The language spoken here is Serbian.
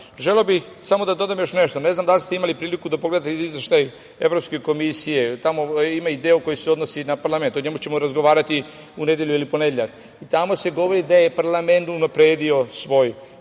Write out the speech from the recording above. Želeo bih samo da dodam još nešto, ne znam da li ste imali priliku da pogledate izveštaj Evropske komisije, ima i deo koji se odnosi na parlament, o njemu ćemo razgovarati u nedelju ili ponedeljak, i tamo se govori da je parlament unapredio svoj